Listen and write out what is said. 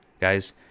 guys